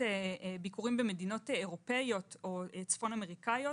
ביקורים במדינות אירופאיות וצפון אמריקניות